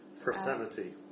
fraternity